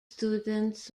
students